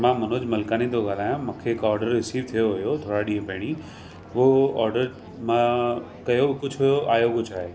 मां मनोज मलकानी तो ॻाल्हायां मुखे हिकु ऑडर रिसीव थियो हुयो थोड़ा ॾींहं पहिरियों उहो ऑडर मां कयो कुझु हुओ आहियो कुझु आहे